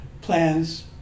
plans